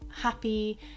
happy